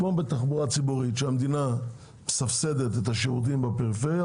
כמו בתחבורה ציבורית כאשר המדינה מסבסדת את השירותים בפריפריה,